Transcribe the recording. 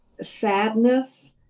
sadness